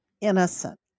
innocent